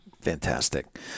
Fantastic